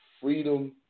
freedom